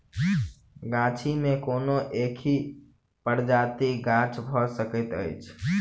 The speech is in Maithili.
गाछी मे कोनो एकहि प्रजातिक गाछ भ सकैत अछि